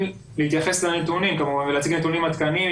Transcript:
להתייחס לנתונים ולהציג נתונים עדכניים,